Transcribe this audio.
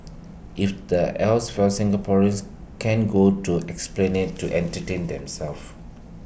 if the else fails Singaporeans can go to esplanade to entertain themselves